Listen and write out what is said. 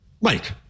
Mike